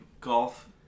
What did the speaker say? golf